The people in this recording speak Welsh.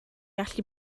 allu